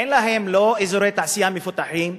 אין להם אזורי תעשייה מפותחים,